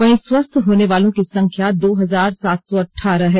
वहीं स्वस्थ होनेवाले की संख्या दो हजार सात सो अठारह है